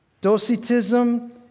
Docetism